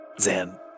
Zan